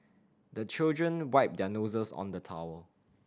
the children wipe their noses on the towel